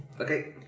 Okay